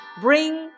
Bring